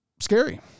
scary